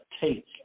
take